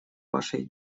вашей